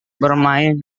bermain